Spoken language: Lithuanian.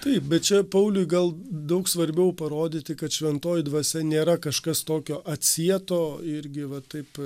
taip bet čia pauliui gal daug svarbiau parodyti kad šventoji dvasia nėra kažkas tokio atsieto irgi va taip